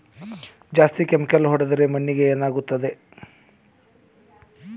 ಜಾಸ್ತಿ ಕೆಮಿಕಲ್ ಹೊಡೆದ್ರ ಮಣ್ಣಿಗೆ ಏನಾಗುತ್ತದೆ?